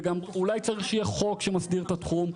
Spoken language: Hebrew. וגם אולי צריך שיהיה חוק שמסדיר את התחום.